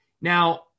Now